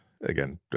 again